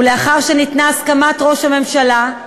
ולאחר שניתנה הסכמת ראש הממשלה,